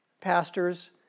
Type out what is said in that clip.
pastors